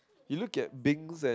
you look at Bings and